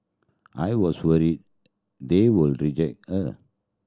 I was worried they would reject her